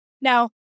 Now